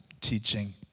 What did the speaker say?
teaching